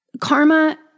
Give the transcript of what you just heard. karma